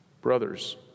brothers